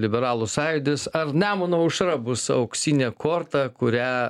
liberalų sąjūdis ar nemuno aušra bus auksinė korta kurią